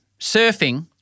surfing